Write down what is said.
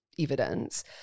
evidence